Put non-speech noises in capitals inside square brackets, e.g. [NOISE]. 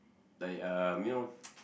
like um you know [NOISE]